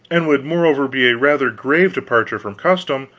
and would moreover be a rather grave departure from custom,